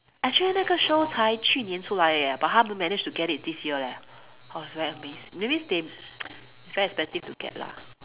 actually 那个 show 才只有今年出来 leh but 他 managed to get it this year leh I was very amazed that means they it's very expensive to get lah